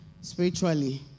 spiritually